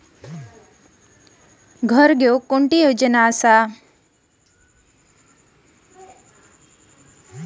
घर घेण्यासाठी कोणती योजना आहे?